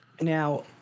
now